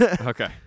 Okay